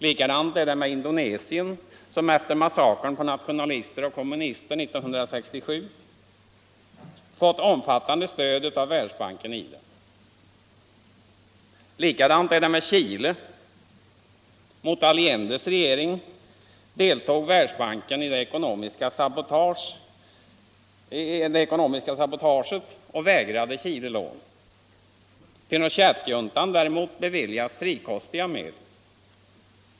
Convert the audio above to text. Likadant med Indonesien, som efter massakern på nationalister och kommunister 1967 fått omfattande stöd av Världsbanken/IDA. Likadant är det med Chile: Världsbanken deltog i det ekonomiska sabotaget mot Allendes regering och vägrade Chile lån — Pinochetjuntan däremot beviljas frikostigt medel.